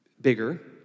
bigger